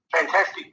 fantastic